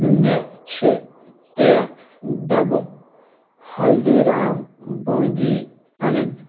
مےٚ چھِ ترٛےٚ ڈبہٕ ہلدیٖرام بوٗنٛدی انٕنۍ